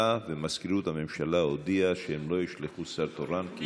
ומזכירות הממשלה הודיעה שהם לא ישלחו שר תורן.